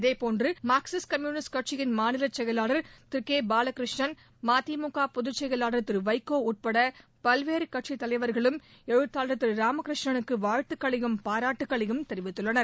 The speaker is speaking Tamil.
இதேபோன்று மார்க்சிஸ்ட் கம்யூனிஸ்ட் கட்சியின் மாநிலச் செயலாளர் திரு கே பாலகிருஷ்ணன் மதிமுக பொதுச் செயலாளர் வைகோ உட்பட பல்வேறு கட்சித்தலைவர்களும் எழுத்தாளர் ராமகிருஷ்ணனுக்கு வாழ்த்துக்களையும் பாராட்டுக்களையும் தெரிவித்துள்ளனர்